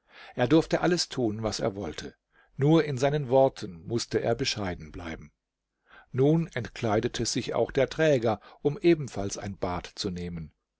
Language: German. er durfte alles tun was er wollte nur in seinen worten mußte er bescheiden bleiben nun entkleidete sich auch der träger um ebenfalls ein bad zu nehmen